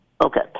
Okay